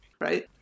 Right